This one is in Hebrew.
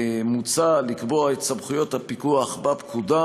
מוצע לקבוע את סמכויות הפיקוח בפקודה,